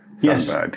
yes